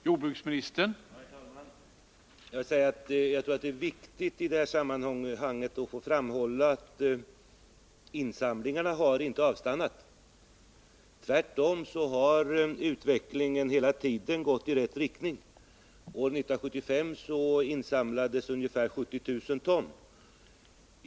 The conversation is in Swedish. Herr talman! Jag tror att det är viktigt att i detta sammanhang framhålla att insamlingarna inte har avstannat. Tvärtom har utvecklingen hela tiden gått i rätt riktning. År 1975 insamlades ungefär 70 000 ton.